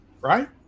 right